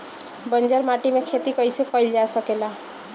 बंजर माटी में खेती कईसे कईल जा सकेला?